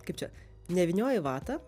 kaip čia nevynioja į vatą